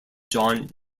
john